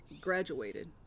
graduated